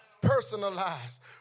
personalized